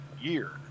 year